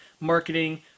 marketing